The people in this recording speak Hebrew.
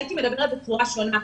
הייתי מדברת בצורה שונה.